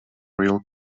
real